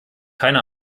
keine